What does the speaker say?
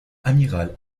amiral